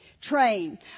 Train